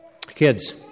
Kids